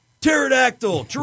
pterodactyl